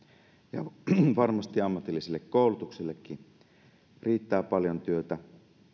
ja varmasti ammatilliselle koulutuksellekin riittää paljon työtä